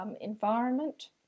environment